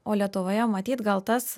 o lietuvoje matyt gal tas